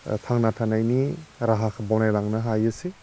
थांना थानायनि राहाखौ बानायलांनो हायोसै